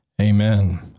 Amen